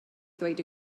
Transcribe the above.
ddweud